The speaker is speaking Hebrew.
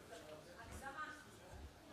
אין בעיה.